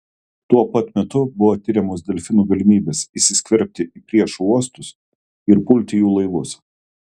tuo pat metu buvo tiriamos delfinų galimybės įsiskverbti į priešų uostus ir pulti jų laivus